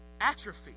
atrophy